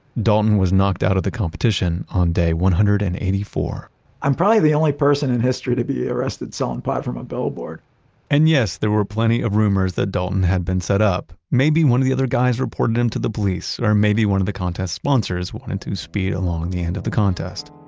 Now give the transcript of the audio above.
dalton was knocked out of the competition on day one hundred and eighty four point i'm probably the only person in history to be arrested selling pot from a billboard and yes, there were plenty of rumors that dalton had been set up maybe one of the other guys reported him to the police, or maybe one of the contest sponsors wanted to speed along the end of the contest.